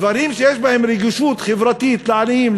דברים שיש בהם רגישות חברתית לעניים,